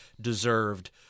deserved